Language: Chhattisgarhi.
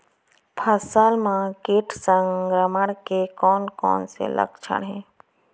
फसल म किट संक्रमण के कोन कोन से लक्षण हे?